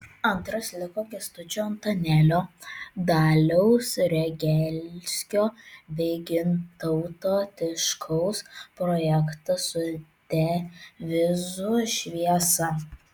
antras liko kęstučio antanėlio daliaus regelskio bei gintauto tiškaus projektas su devizu šviesa